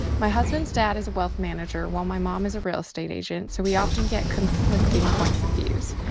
my husband's dad is a wealth manager while my mom is a real estate agent, so we often get conflicting points of views.